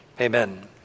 amen